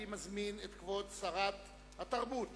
אני מזמין את כבוד שרת התרבות,